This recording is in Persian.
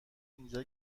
اینجا